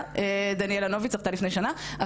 זכתה לפני שנה.